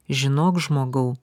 žinok žmogau